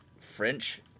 French